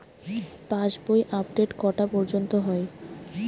পাশ বই আপডেট কটা পর্যন্ত হয়?